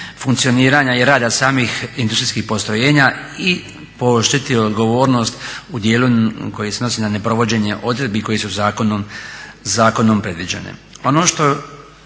funkcioniranja i rada samih industrijskih postrojenja i pooštriti odgovornost u dijelu koji se odnosi na neprovođenje odredbi koje su zakonom predviđene.